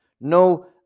No